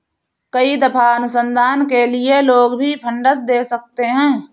कई दफा अनुसंधान के लिए लोग भी फंडस दे सकते हैं